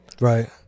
Right